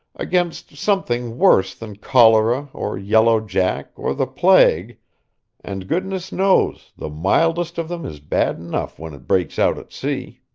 against something worse than cholera or yellow jack or the plague and goodness knows the mildest of them is bad enough when it breaks out at sea.